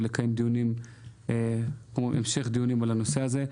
לקיים דיון המשך בנושא הזה,